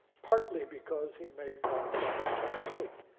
partly because he made one fundamental mistake,